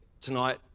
tonight